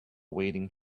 waiting